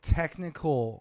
technical